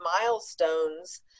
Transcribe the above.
milestones